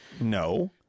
no